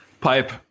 pipe